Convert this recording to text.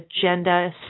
agenda